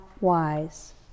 wise